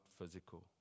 physical